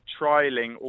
trialing